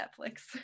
Netflix